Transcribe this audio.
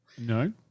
No